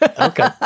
Okay